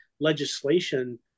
legislation